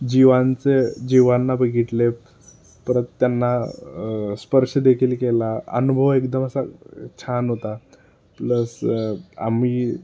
जीवांचं जीवांना बघितले परत त्यांना स्पर्श देखील केला अनुभव एकदम असा छान होता प्लस आम्ही